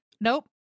Nope